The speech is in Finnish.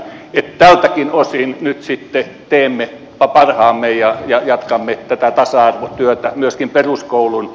niin että tältäkin osin nyt sitten teemme parhaamme ja jatkamme tätä tasa arvotyötä myöskin peruskoulun